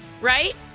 right